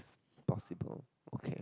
possible okay